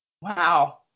Wow